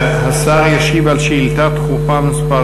השר ישיב על שאילתה דחופה מס'